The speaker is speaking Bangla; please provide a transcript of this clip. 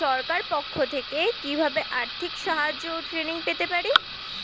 সরকার পক্ষ থেকে কিভাবে আর্থিক সাহায্য ও ট্রেনিং পেতে পারি?